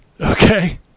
Okay